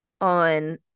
on